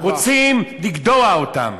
רוצים לגדוע אותן.